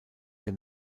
der